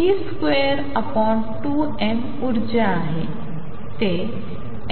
p22mऊर्जा आहे ते